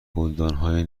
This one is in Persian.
گلدانهای